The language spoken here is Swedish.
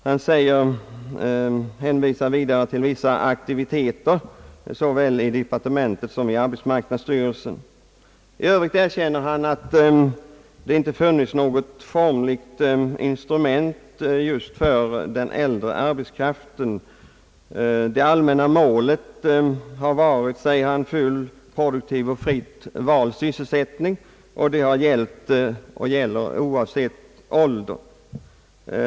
Han hänvisar vidare till vissa aktiviteter såväl i departementet som i arbetsmarknadsstyrelsen. I övrigt erkänner han att det inte finns något formligt instrument just för den äldre arbetskraften. Det allmänna målet har varit, säger han, full produktiv och fritt vald sysselsättning, och det har gällt och gäller oavsett ålder.